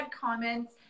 comments